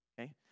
Okay